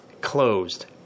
Closed